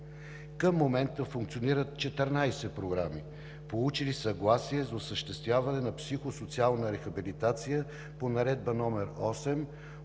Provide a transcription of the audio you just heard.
Към момента функционират 14 програми, получили съгласие за осъществяване на психосоциална рехабилитация по Наредба № 8